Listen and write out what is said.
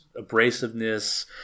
abrasiveness